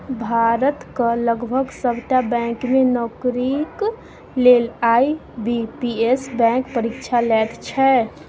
भारतक लगभग सभटा बैंक मे नौकरीक लेल आई.बी.पी.एस बैंक परीक्षा लैत छै